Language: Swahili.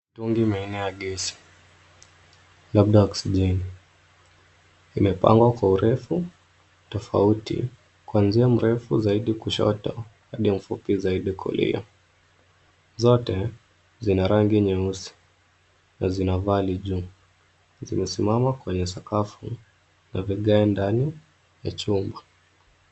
Mitungi minne ya gesi labda oksijeni zimepangwa kwa urefu tofauti kwanzia mrefu zaidi kushoto hadi mfupi zaidi kulia. Zote zina rangi nyeusi na zina vali juu. Zimesimama kwenye sakafu na vigae ndani ya chumba.